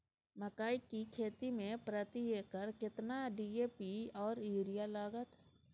मकई की खेती में प्रति एकर केतना डी.ए.पी आर यूरिया लागत?